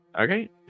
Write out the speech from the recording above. Okay